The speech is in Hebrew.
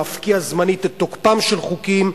להפקיע זמנית את תוקפם של חוקים,